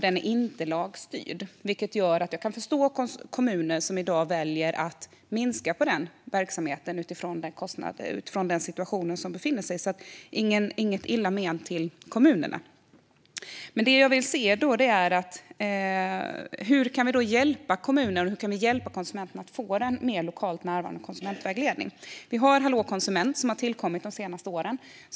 Den är inte lagstyrd, vilket gör att jag kan förstå kommuner som i dag väljer att minska på den verksamheten med anledning av den situation de befinner sig i. Jag menar alltså inte att klandra kommunerna. Det jag vill se är hur vi då kan hjälpa kommuner och hur vi kan hjälpa konsumenterna att få en mer lokalt närvarande konsumentvägledning. Vi har Hallå konsument, som har tillkommit de senaste åren.